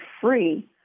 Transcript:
free